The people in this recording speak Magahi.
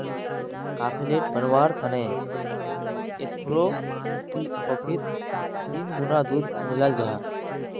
काफेलेट बनवार तने ऐस्प्रो कोफ्फीत तीन गुणा दूध मिलाल जाहा